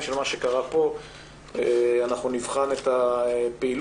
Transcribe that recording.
של מה שקרה פה אנחנו נבחן את הפעילות.